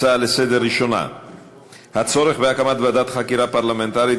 ההצעה לסדר-היום הראשונה: הצורך בהקמת ועדת חקירה פרלמנטרית